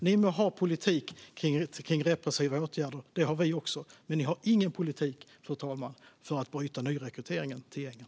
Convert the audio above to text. Ni må ha politik kring repressiva åtgärder - det har vi också - men ni har ingen politik för att bryta nyrekryteringen till gängen.